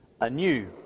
anew